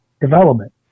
development